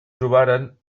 trobaren